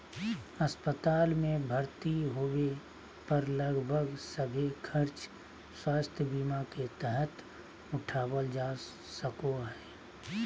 अस्पताल मे भर्ती होबे पर लगभग सभे खर्च स्वास्थ्य बीमा के तहत उठावल जा सको हय